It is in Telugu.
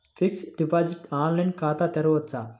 ఫిక్సడ్ డిపాజిట్ ఆన్లైన్ ఖాతా తెరువవచ్చా?